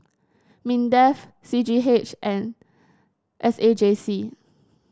Mindef C G H and S A J C